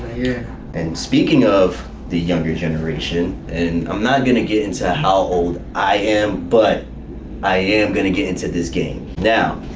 yeah and speaking of the younger generation, and i'm not going to get into how old i am, but i am going to get into this game. now,